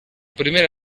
primera